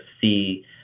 see